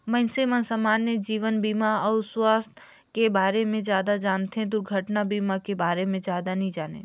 मइनसे मन समान्य जीवन बीमा अउ सुवास्थ के बारे मे जादा जानथें, दुरघटना बीमा के बारे मे जादा नी जानें